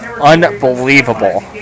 Unbelievable